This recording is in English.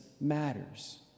matters